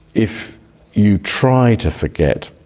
if you try to forget,